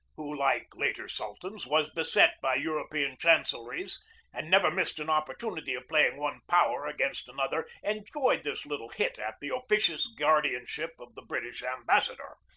who, like later sultans, was beset by european chancelleries and never missed an opportunity of playing one power against another, enjoyed this little hit at the officious guar dianship of the british ambassador.